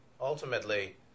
ultimately